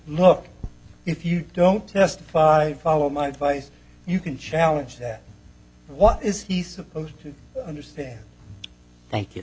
look if you don't testify follow my advice you can challenge that but what is he supposed to understand thank you